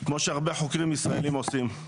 כמו שהרבה חוקרים ישראלים עושים,